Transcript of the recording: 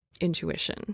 intuition